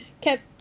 Kept